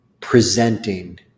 presenting